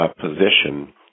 position